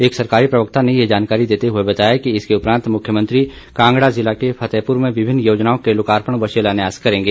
एक सरकारी प्रवक्ता ने यह जानकारी देते हुए बताया कि इसके उपरांत मुख्यमंत्री कांगड़ा जिला के फतेहपुर में विभिन्न योजनाओं के लोकार्पण व शिलान्यास करेंगे